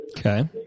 Okay